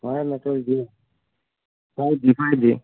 five G five ji